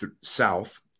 south